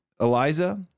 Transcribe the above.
Eliza